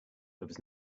was